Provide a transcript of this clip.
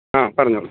ആ പറഞ്ഞോളു സാറെ